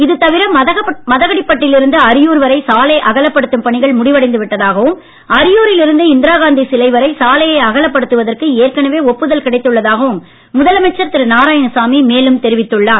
இதுதவிர மதகடிப்பட்டில் இருந்து அரியூர் வரை சாலை அகலப்படுத்தும் பணிகள் முடிவடைந்து விட்டதாகவும் அரியூரில் இருந்து இந்திராகாந்தி சிலை சாலையை அகலப்படுத்துவதற்கு ஏற்கனவே வரை ஒப்புதல் கிடைத்துள்ளதாகவும் முதலமைச்சர் திரு நாராயணசாமி மேலும் தெரிவித்துள்ளார்